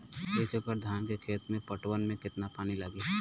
एक एकड़ धान के खेत के पटवन मे कितना पानी लागि?